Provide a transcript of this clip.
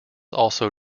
also